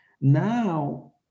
Now